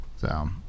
So-